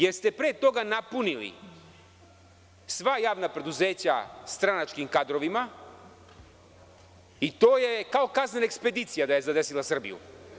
Jeste pre toga napunili sva javna preduzeća stranačkim kadrovima i to je kao kaznena ekspedicija da je zadesila Srbiju.